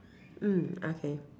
mm okay